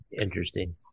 Interesting